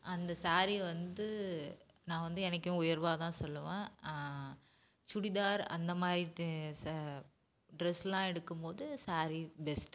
அந்த சாரீ வந்துட்டு நான் வந்து எனக்கு உயர்வாக தான் சொல்லுவேன் சுடிதார் அந்த மாதிரி தே ச ட்ரெஸ்லாம் எடுக்கும் போது சாரீ பெஸ்ட்